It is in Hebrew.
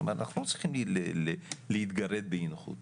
כלומר אנחנו לא צריכים להתגרד באי נוחות,